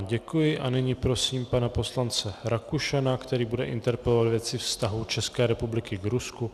Děkuji a nyní prosím pana poslance Rakušana, který bude interpelovat ve věci vztahů České republiky k Rusku.